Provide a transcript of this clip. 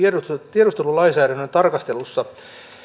tiedustelulainsäädännön tarkastelussa